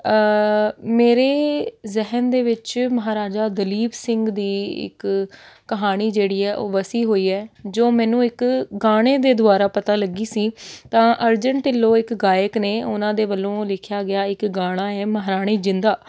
ਮੇਰੇ ਜ਼ਹਿਨ ਦੇ ਵਿੱਚ ਮਹਾਰਾਜਾ ਦਲੀਪ ਸਿੰਘ ਦੀ ਇੱਕ ਕਹਾਣੀ ਜਿਹੜੀ ਹੈ ਉਹ ਵਸੀ ਹੋਈ ਹੈ ਜੋ ਮੈਨੂੰ ਇੱਕ ਗਾਣੇ ਦੇ ਦੁਆਰਾ ਪਤਾ ਲੱਗੀ ਸੀ ਤਾਂ ਅਰਜਨ ਢਿੱਲੋ ਇੱਕ ਗਾਇਕ ਨੇ ਉਹਨਾਂ ਦੇ ਵੱਲੋਂ ਲਿਖਿਆ ਗਿਆ ਇੱਕ ਗਾਣਾ ਹੈ ਮਹਾਰਾਣੀ ਜਿੰਦਾ